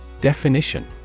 Definition